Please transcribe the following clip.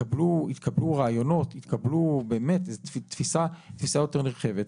התקבלו רעיונות, באמת תפיסה יותר נרחבת.